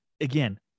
again